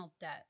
debt